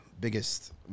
biggest